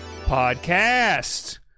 podcast